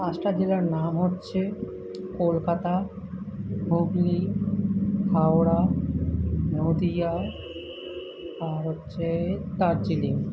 পাঁচটা জেলার নাম হচ্ছে কলকাতা হুগলি হাওড়া নদীয়া আর হচ্ছে দার্জিলিং